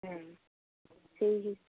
হুম সেই